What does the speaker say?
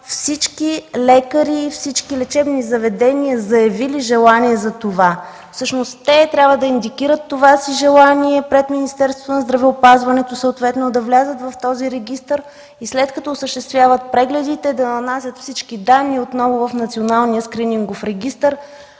всички лекари и всички лечебни заведения, заявили желание за това. Всъщност те трябва да индикират това си желание пред Министерството на здравеопазването, съответно да влязат в този регистър и след като осъществят прегледите, да нанасят всички данни отново в Националния скринингов регистър.